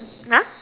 !huh!